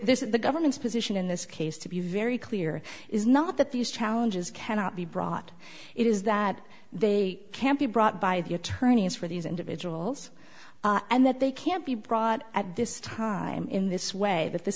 is the government's position in this case to be very clear is not that these challenges cannot be brought it is that they can't be brought by the attorneys for these individuals and that they can't be brought at this time in this way that th